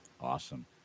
Awesome